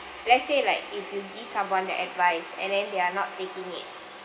let's say like if you give someone the advice and then they are not taking it